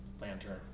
lantern